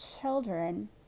children